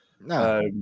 No